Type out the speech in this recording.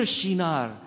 Shinar